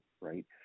right